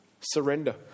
Surrender